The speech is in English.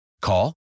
Call